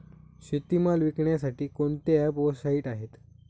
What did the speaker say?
शेतीमाल विकण्यासाठी कोणते ॲप व साईट आहेत?